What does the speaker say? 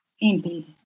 Indeed